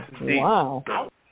Wow